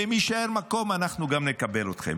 ואם יישאר מקום אנחנו נקבל גם אתכן.